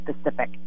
specific